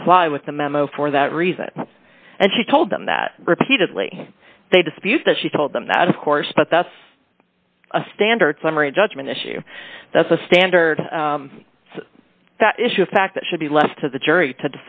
comply with the memo for that reason and she told them that repeatedly they dispute that she told them that of course but that's a standard summary judgment issue that's a standard issue of fact that should be left to the jury to